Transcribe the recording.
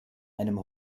einem